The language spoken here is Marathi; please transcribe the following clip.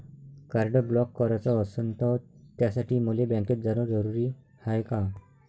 कार्ड ब्लॉक कराच असनं त त्यासाठी मले बँकेत जानं जरुरी हाय का?